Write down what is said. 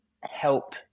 help